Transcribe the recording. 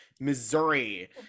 Missouri